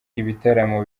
ibitaramo